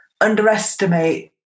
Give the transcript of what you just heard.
underestimate